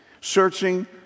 searching